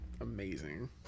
amazing